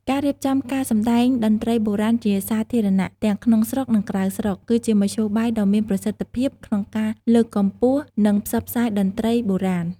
ការរៀបចំការសម្តែងតន្ត្រីបុរាណជាសាធារណៈ ទាំងក្នុងស្រុក និងក្រៅស្រុក គឺជាមធ្យោបាយដ៏មានប្រសិទ្ធភាពក្នុងការលើកកម្ពស់ និងផ្សព្វផ្សាយតន្ត្រីបុរាណ។